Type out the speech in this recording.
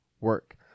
work